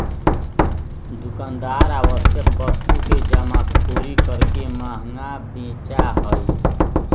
दुकानदार आवश्यक वस्तु के जमाखोरी करके महंगा बेचा हई